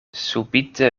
subite